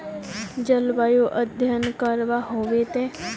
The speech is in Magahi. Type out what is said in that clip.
जलवायु अध्यन करवा होबे बे?